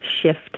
shift